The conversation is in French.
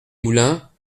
moulins